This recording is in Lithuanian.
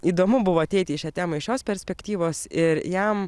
įdomu buvo ateiti į šią temą iš šios perspektyvos ir jam